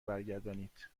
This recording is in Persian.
برگردانید